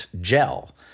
Gel